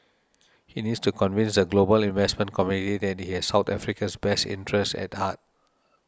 he needs to convince the global investment community that he has South Africa's best interests at heart